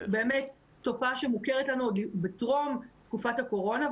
זאת באמת תופעה שמוכרת לנו גם טרום תקופת הקורונה.